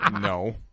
No